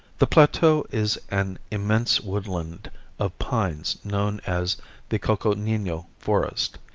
the plateau is an immense woodland of pines known as the coconino forest.